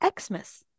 Xmas